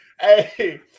Hey